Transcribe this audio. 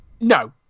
no